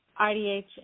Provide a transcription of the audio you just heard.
IDH